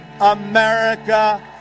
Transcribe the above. America